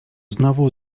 znowu